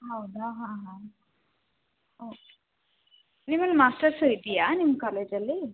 ಹೌದಾ ಹಾಂ ಹಾಂ ಓಕೆ ನಿಮ್ಮಲ್ಲಿ ಮಾಸ್ಟರ್ಸು ಇದೆಯಾ ನಿಮ್ಮ ಕಾಲೇಜಲ್ಲಿ